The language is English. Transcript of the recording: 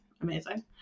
amazing